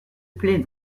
plaît